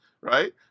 right